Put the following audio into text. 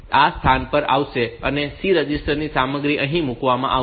તેથી તે આ સ્થાન પર આવશે અને C રજિસ્ટર ની સામગ્રી અહીં મૂકવામાં આવશે